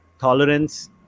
Tolerance